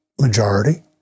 majority